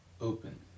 open